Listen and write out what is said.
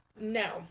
No